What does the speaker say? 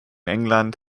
england